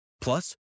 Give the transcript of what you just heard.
Plus